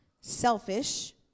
Selfish